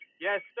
Yes